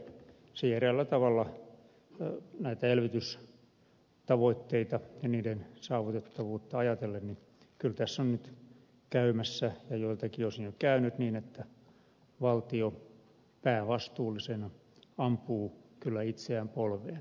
eräällä tavalla näitä elvytystavoitteita ja niiden saavutettavuutta ajatellen niin kyllä tässä on nyt käymässä ja joiltakin osin jo käynyt niin että valtio päävastuullisena ampuu itseään polveen